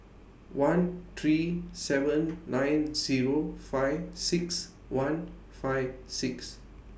one three seven nine Zero five six one five six